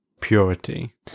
purity